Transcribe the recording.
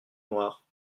noires